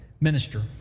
minister